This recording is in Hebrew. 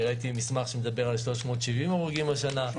אני ראיתי מסמך שמדבר על 375 הרוגים השנה,